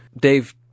Dave